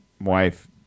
wife